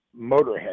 Motorhead